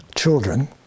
children